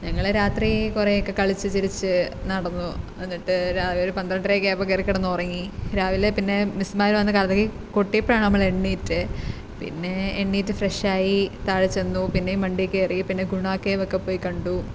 ഞങ്ങൾ രാത്രി കുറേയൊക്കെ കളിച്ചു ചിരിച്ചു നടന്നു എന്നിട്ട് ഒരു പന്ത്രണ്ടരയൊക്കെ ആയപ്പോൾ കയറി കിടന്നുറങ്ങി രാവിലെ പിന്നെ മിസ്സുമാർ വന്ന് കതകിൽ കൊട്ടിയപ്പോഴാണ് നമ്മൾ എണീറ്റത് പിന്നെ എണീറ്റ് ഫ്രഷായി താഴെ ചെന്നു പിന്നേം വണ്ടിയിൽ കയറി പിന്നെ ഗുണാ കേവൊക്ക പോയി കണ്ടു